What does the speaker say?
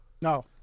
No